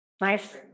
Nice